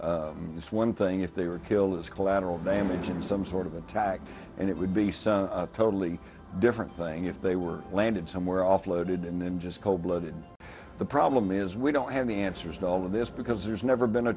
passengers it's one thing if they were killed as collateral damage in some sort of attack and it would be a totally different thing if they were landed somewhere offloaded and then just cold blooded the problem is we don't have the answers to all of this because there's never been a